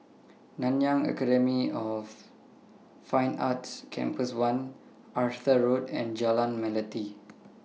Nanyang Academy of Fine Arts Campus one Arthur Road and Jalan Melati